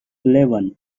eleven